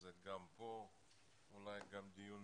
החיילים הבודדים גם עולים וגם חסרי עורף